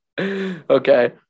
okay